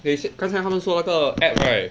they said 刚才他们说那个 app right